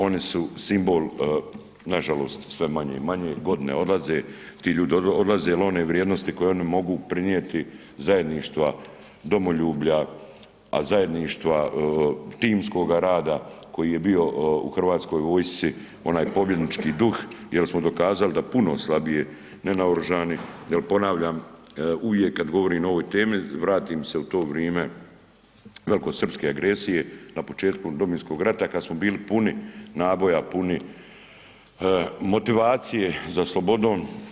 Oni su simbol, nažalost sve manje i manje, godine odlaze, ti ljudi odlaze jer one vrijednosti koji one mogu prinijeti zajedništva, domoljublja, a zajedništva, timskoga rada koji je bio u Hrvatskoj vojsci, onaj pobjednički duh jer smo dokazali da puno slabije nenaoružani jer ponavljam, uvijek kad govorim o ovoj temi vratim se u tom vrime velikosrpske agresije, na početku Domovinskog rata kad smo bili puni naboja, puni motivacije za slobodom.